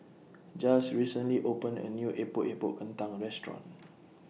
Jiles recently opened A New Epok Epok Kentang Restaurant